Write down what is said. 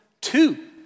two